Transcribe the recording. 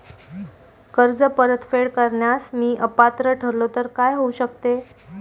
कर्ज परतफेड करण्यास मी अपात्र ठरलो तर काय होऊ शकते?